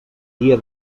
dia